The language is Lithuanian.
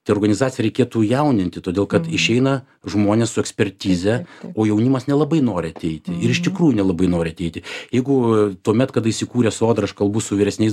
tai organizaciją reikėtų jauninti todėl kad išeina žmonės su ekspertize o jaunimas nelabai nori ateiti ir iš tikrųjų nelabai nori ateiti jeigu tuomet kada įsikūrė sodra aš kalbu su vyresniais